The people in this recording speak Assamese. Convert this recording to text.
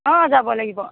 অঁ যাব লাগিব